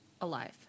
Alive